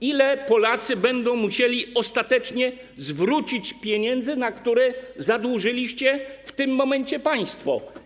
Ile Polacy będą musieli ostatecznie zwrócić pieniędzy, na które zadłużyliście w tym momencie państwo?